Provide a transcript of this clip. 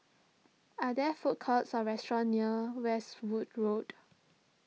are there food courts or restaurants near Westwood Road